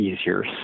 easier